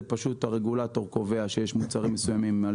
זה פשוט הרגולטור קובע שיש מוצרים מסוימים על